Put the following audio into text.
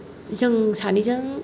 जों सानैजों